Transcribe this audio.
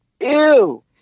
ew